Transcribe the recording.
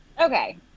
Okay